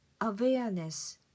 awareness